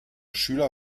schüler